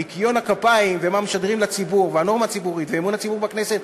ניקיון הכפיים ומה משדרים לציבור והנורמה הציבורית ואמון הציבור בכנסת,